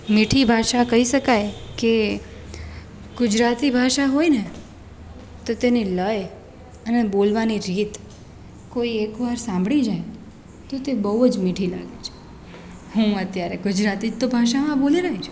મીઠી ભાષા કહી શકાય કે ગુજરાતી ભાષા હોય ને તો તેને લય અને બોલવાની રીત કોઈ એક વાર સાંભળી જાય તો તે બહું જ મીઠી લાગે છે હું અત્યારે ગુજરાતી જ તો ભાષામાં બોલી રહી છું